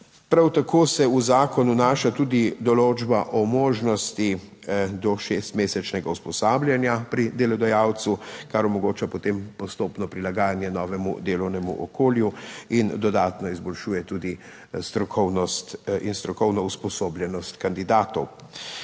Prav tako se v zakon vnaša tudi določba o možnosti do šestmesečnega usposabljanja pri delodajalcu, kar omogoča potem postopno prilagajanje novemu delovnemu okolju in dodatno izboljšuje tudi strokovnost in strokovno usposobljenost kandidatov.